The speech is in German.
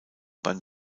beim